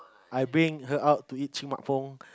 I bring her out to eat